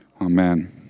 Amen